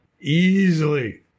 easily